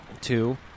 Two